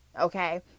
Okay